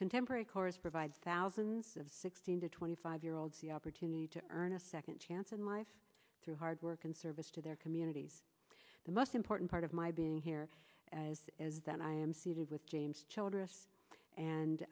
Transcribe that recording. contemporary corps provide thousands of sixteen to twenty five year olds the opportunity to earn a second chance in life through hard work and service to their communities the most important part of my being here as is that i am seated with james childress and